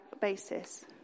basis